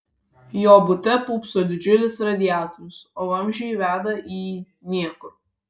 jo bute pūpso didžiulis radiatorius o vamzdžiai veda į niekur